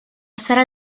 sarà